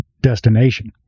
destination